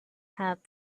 have